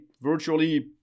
virtually